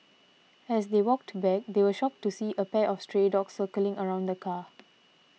as they walked back they were shocked to see a pack of stray dogs circling around the car